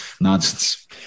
Nonsense